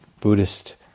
Buddhist